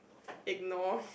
ignore